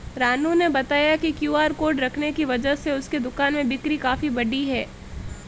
रानू ने बताया कि क्यू.आर कोड रखने की वजह से उसके दुकान में बिक्री काफ़ी बढ़ी है